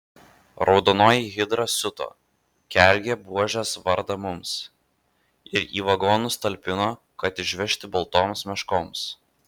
raudonoji hidra siuto kergė buožės vardą mums ir į vagonus talpino kad išvežti baltoms meškoms